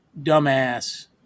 dumbass